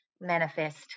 manifest